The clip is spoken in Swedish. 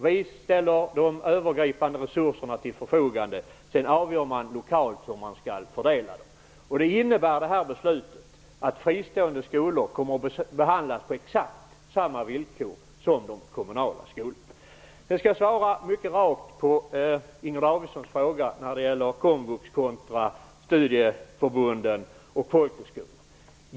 Vi ställer de övergripande resurserna till förfogande. Sedan avgör man lokalt hur man skall fördela dem. Detta beslut innebär att fristående skolor kommer att behandlas på exakt samma villkor som de kommunala skolorna. Jag skall svara mycket rakt på Inger Davidsons fråga när det gäller komvux kontra studieförbunden och folkhögskolorna.